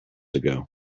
ago